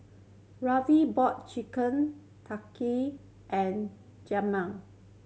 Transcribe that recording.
Rarvin bought Chicken Tikka and Jamal